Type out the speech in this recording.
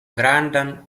grandan